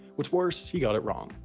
what's worse, he got it wrong.